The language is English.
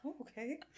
Okay